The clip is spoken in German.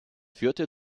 führte